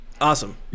Awesome